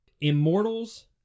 Immortals